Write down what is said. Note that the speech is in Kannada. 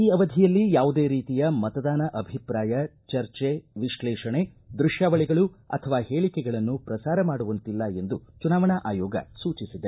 ಈ ಅವಧಿಯಲ್ಲಿ ಯಾವುದೇ ರೀತಿಯ ಮತದಾನ ಅಭಿಪ್ರಾಯ ಚರ್ಚೆ ವಿಶ್ಲೇಷಣೆ ದೃಶ್ಠಾವಳಗಳು ಅಥವಾ ಹೇಳಕೆಗಳನ್ನು ಪ್ರಸಾರ ಮಾಡುವಂತಿಲ್ಲ ಎಂದು ಚುನಾವಣಾ ಆಯೋಗ ಸೂಚಿಸಿದೆ